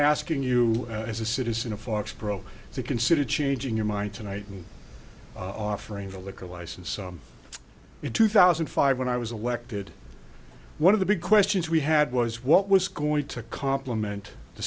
asking you as a citizen of foxborough to consider changing your mind tonight and offering the liquor license in two thousand and five when i was elected one of the big questions we had was what was going to compliment the